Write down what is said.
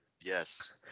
Yes